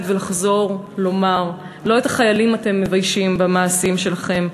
ולחזור ולומר: לא את החיילים אתם מביישים במעשים שלכם,